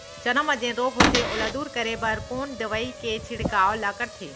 चना म जेन रोग होथे ओला दूर करे बर कोन दवई के छिड़काव ल करथे?